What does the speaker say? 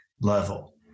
level